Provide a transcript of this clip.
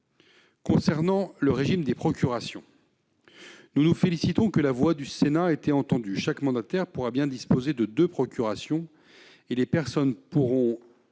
concernant le régime des procurations, nous nous félicitons que la voix du Sénat ait été entendue. Chaque mandataire pourra bien disposer de deux procurations, et les mandants pourront